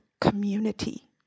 community